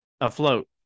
afloat